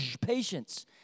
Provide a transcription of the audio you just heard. patience